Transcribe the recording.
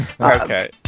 okay